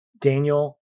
Daniel